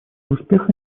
успеха